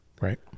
right